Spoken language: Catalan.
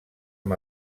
amb